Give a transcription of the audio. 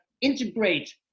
integrate